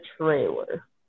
Trailer